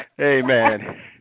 Amen